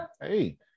hey